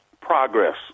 progress